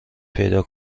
پیدا